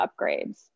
upgrades